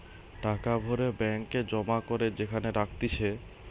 টাকা ভরে ব্যাঙ্ক এ জমা করে যেখানে রাখতিছে